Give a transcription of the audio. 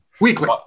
Weekly